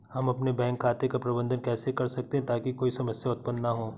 हम अपने बैंक खाते का प्रबंधन कैसे कर सकते हैं ताकि कोई समस्या उत्पन्न न हो?